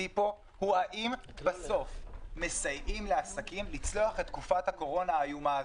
הוא האם בסוף מסייעים לעסקים לצלוח את תקופת הקורונה האיומה הזאת.